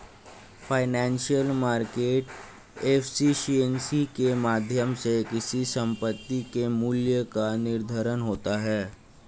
financial market efficiency के माध्यम से किसी संपत्ति के मूल्य का निर्धारण होता है